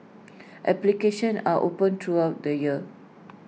applications are open throughout the year